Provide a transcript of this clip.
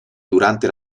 durante